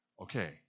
Okay